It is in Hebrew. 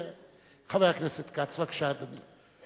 חבר הכנסת כץ, בבקשה, אדוני.